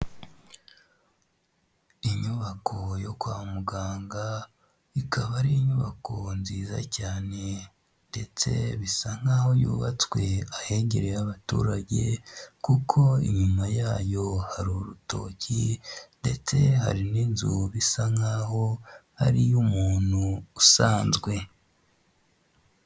Inyubako yo kwa muganga ikaba ari inyubako nziza cyane ndetse bisa nk'aho yubatswe ahegerereye abaturage, kuko inyuma yayo hari urutoki ndetse hari n'inzu bisa nk'aho ari iy'umuntu usanzwe.